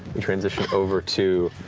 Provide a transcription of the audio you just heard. and transition over to,